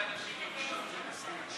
חוק הבחירות לכנסת (תיקון מס' 69),